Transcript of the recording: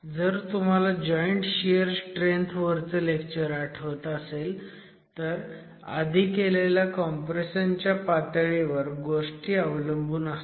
जर तुम्हाला joint shear strength वरचं लेक्चर आठवत असेल तर आधी केलेल्या कॉम्प्रेशन च्या पातळीवर गोष्टी अवलंबून असतात